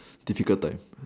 difficult time